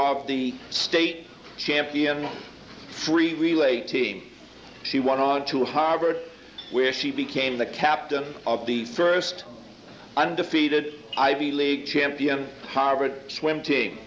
of the state champion three relay team she went on to harvard where she became the captain of the first undefeated ivy league champion harvard swim team